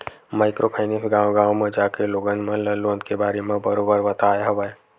micro finance गाँव गाँव म जाके लोगन मन ल लोन के बारे म बरोबर बताय हवय